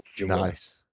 Nice